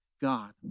God